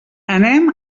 anem